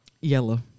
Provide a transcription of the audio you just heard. Yellow